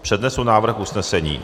Přednesu návrh usnesení.